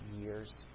years